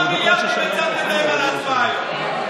כמה מיליארדים הצעת להם על ההצבעה היום,